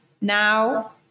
Now